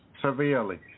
severely